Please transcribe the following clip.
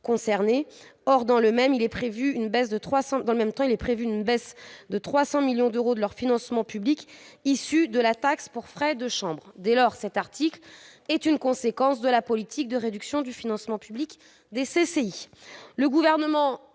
concernées. Or, dans le même temps, il est prévu une baisse de 300 millions d'euros de leur financement public issu de la taxe pour frais de chambre. Dès lors, cet article est une conséquence de la politique de réduction du financement public des CCI.